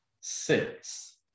Six